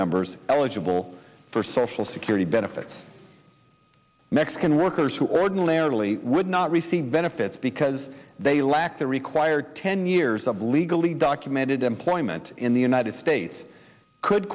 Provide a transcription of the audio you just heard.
members eligible for social security benefits mexican workers who ordinarily would not receive benefits because they lacked the required ten years of legally documented employment in the united states could